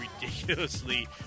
ridiculously